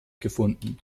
gefunden